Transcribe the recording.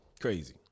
Crazy